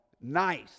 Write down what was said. nice